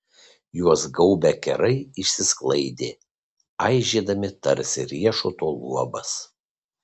juos gaubę kerai išsisklaidė aižėdami tarsi riešuto luobas